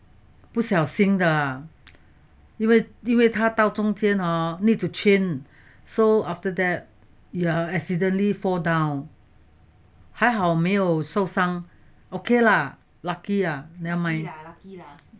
不小心的因为因为他到中间 hor need to change so after that ya accidentally fall down 还好没有受伤 okay lah lucky ah never mind